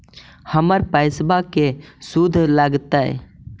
हमर पैसाबा के शुद्ध लगतै?